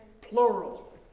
plural